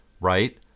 right